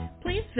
please